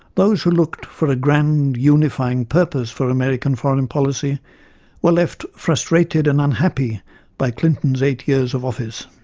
those who looked for a grand unifying purpose for american foreign policy were left frustrated and unhappy by clinton's eight years of office.